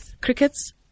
Crickets